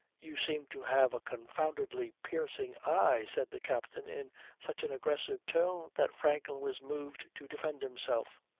you seem to have a confoundedly piercing eye, said the captain in such an aggressive tone that franklin was moved to defend himself.